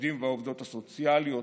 לעובדים והעובדות הסוציאליות,